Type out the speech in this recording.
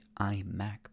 iMac